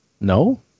no